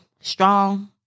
strong